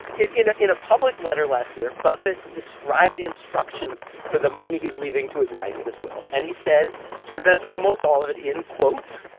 in in a public letter last year, buffett described the instructions for the money he's leaving to his wife in his will. and he said to invest almost all of it in, quote,